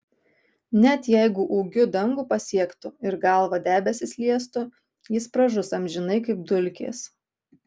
net jeigu ūgiu dangų pasiektų ir galva debesis liestų jis pražus amžinai kaip dulkės